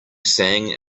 sang